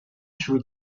شروع